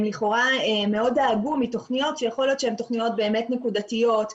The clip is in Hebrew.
הם לכאורה מאוד דאגו מתוכניות שיכול להיות שהן תוכניות באמת נקודתיות,